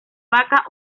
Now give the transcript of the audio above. vaca